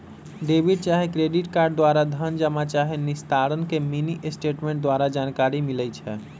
debit चाहे credit card द्वारा धन जमा चाहे निस्तारण के मिनीस्टेटमेंट द्वारा जानकारी मिलइ छै